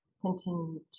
continue